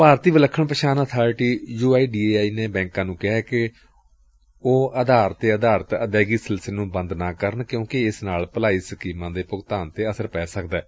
ਭਾਰਤੀ ਵਿਲੱਖਣ ਪਛਾਣ authority U I D A I ਨੇ ਬੈਂਕਾਂ ਨੂੰ ਕਿਹੈ ਕਿ ਉਹ ਆਧਾਰ ਆਧਾਰਿਤ ਅਦਾਇਗੀ ਸਿਲਸਿਲੇ ਨੂੰ ਬੰਦ ਨਾ ਕਰਨ ਕਿਉਂਕਿ ਇਸ ਨਾਲ ਭਲਾਈ ਸਕੀਮਾਂ ਦੇ ਭੁਗਤਾਨ ਤੇ ਅਸਰ ਪੈ ਸਕਦੈ